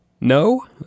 No